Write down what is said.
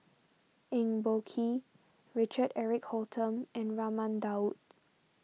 Eng Boh Kee Richard Eric Holttum and Raman Daud